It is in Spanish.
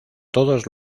todos